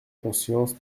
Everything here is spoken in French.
conscience